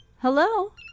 Hello